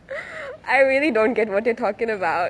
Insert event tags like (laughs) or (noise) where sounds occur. (laughs) I really don't get what you're talking about